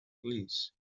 release